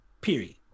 Period